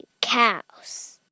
cows